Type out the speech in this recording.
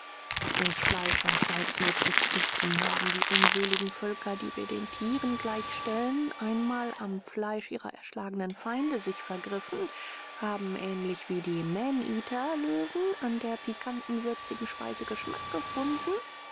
durch fleisch und salznot getrieben haben die unseligen völker die wir den tieren gleichstellen einmal am fleisch ihrer erschlagenen feinde sich vergriffen haben ähnlich wie die maneater löwen an der pikanten würzigen speise geschmack gefunden